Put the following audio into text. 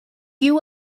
you